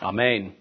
Amen